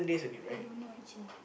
I don't know actually